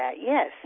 yes